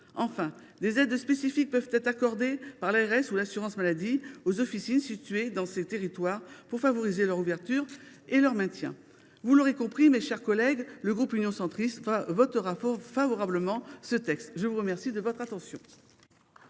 Enfin, des aides spécifiques peuvent être accordées par l’ARS ou l’assurance maladie aux officines situées dans ces territoires pour favoriser leur ouverture et leur maintien. Vous l’aurez compris, mes chers collègues, le groupe Union Centriste votera en faveur de ce texte. La parole est à M.